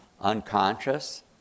unconscious